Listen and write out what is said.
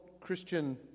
Christian